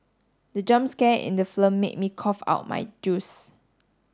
the jump scare in the film made me cough out my juice